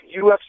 UFC